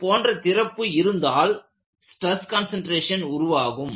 இது போன்ற திறப்பு இருந்தால் ஸ்ட்ரெஸ் கான்சன்ட்ரேசன் உருவாகும்